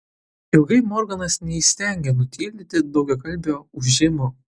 ilgai morganas neįstengė nutildyti daugiakalbio ūžimo